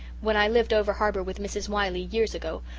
when i lived over-harbour with mrs. wiley, years ago,